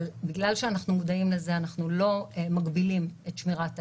אבל בגלל שאנחנו מודעים לזה אנחנו לא מגבילים את שמירת הערכות,